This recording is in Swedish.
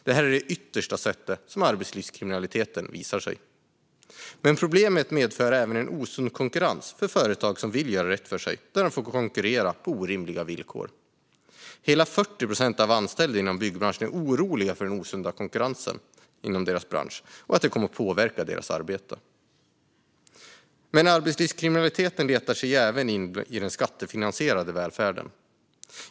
Det här är det yttersta sättet som arbetslivskriminaliteten visar sig på. Problemet medför även en osund konkurrens för företag som vill göra rätt för sig men som får konkurrera på orimliga villkor. Hela 40 procent av de anställda inom byggbranschen är oroliga för att den osunda konkurrensen inom deras bransch kommer att påverka deras arbete. Arbetslivskriminaliteten letar sig även in i den skattefinansierande välfärden.